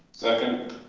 second.